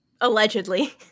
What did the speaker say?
Allegedly